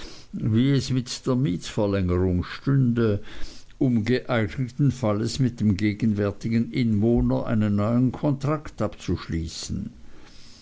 wie es mit der mietsverlängerung stünde und um geeigneten falles mit dem gegenwärtigen inwohner einen neuen kontrakt abzuschließen